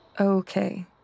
Okay